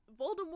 Voldemort